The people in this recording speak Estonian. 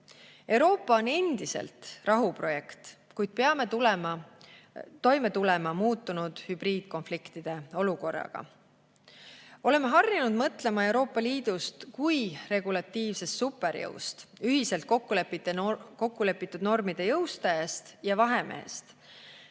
Euroopa on endiselt rahuprojekt, kuid peame toime tulema muutunud hübriidkonfliktide olukorraga. Oleme harjunud mõtlema Euroopa Liidust kui regulatiivsest superjõust, ühiselt kokku lepitud normide jõustajast ja vahemehest,